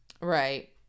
Right